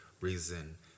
reason